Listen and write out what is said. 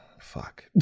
Fuck